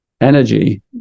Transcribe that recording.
energy